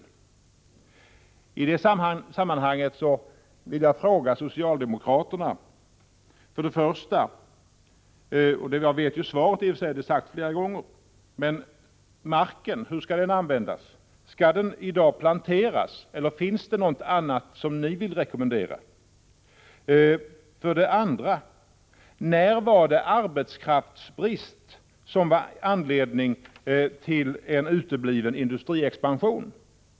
För det första vill jag fråga — även om jag i och för sig känner till svaret, som har lämnats flera gånger: Hur skall åkermarken användas? Skall den planteras med skog, eller vill ni rekommendera något annat? För det åndra: När var arbetskraftsbrist anledning till en utebliven industriexpansion?